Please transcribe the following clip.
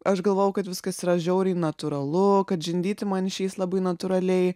aš galvojau kad viskas yra žiauriai natūralu kad žindyti man išeis labai natūraliai